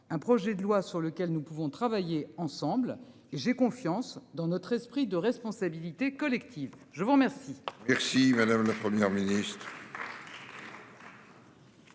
Un projet de loi sur lequel nous pouvons travailler ensemble. J'ai confiance dans notre esprit de responsabilité collective. Je vous remercie.